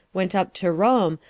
went up to rome,